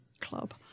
Club